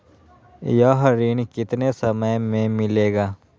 यह ऋण कितने समय मे मिलेगा?